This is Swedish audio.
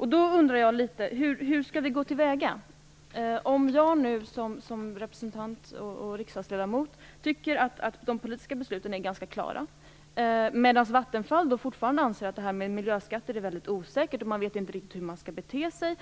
Hur skall vi gå till väga om jag som representant och riksdagsledamot tycker att de politiska besluten är ganska klara, medan Vattenfall fortfarande anser att miljöskatter är väldigt osäkert och inte riktigt vet hur man skall bete sig,